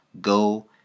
Go